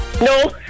No